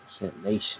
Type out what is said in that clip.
nation